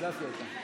שאלה טובה שאלת,